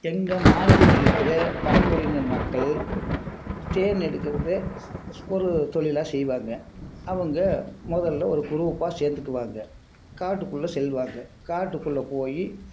எங்கள் மாநிலத்தில் இருக்கிற பழங்குடியினர் மக்கள் தேன் எடுக்கிறது ஒரு தொழிலா செய்வாங்க அவங்க முதல்ல ஒரு குரூப்பாக சேர்ந்துக்குவாங்க காட்டுக்குள்ளே செல்வாங்க காட்டுக்குள்ளே போய்